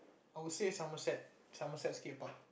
I would say Somerset Somerset scape-park